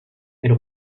elle